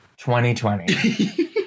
2020